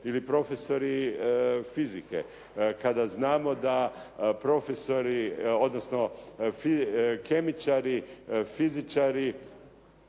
ili profesori fizike kada znamo da profesori odnosno kemičari, fizičari